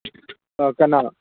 ꯑꯥ ꯀꯅꯥ